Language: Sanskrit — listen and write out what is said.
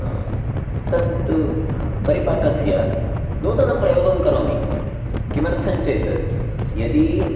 तत्तु परिपाकस्य नूतनप्रयोगं करोमि किमर्थञ्चेत् यदि